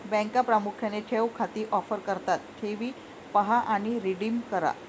बँका प्रामुख्याने ठेव खाती ऑफर करतात ठेवी पहा आणि रिडीम करा